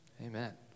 Amen